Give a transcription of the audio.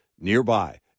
nearby